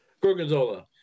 Gorgonzola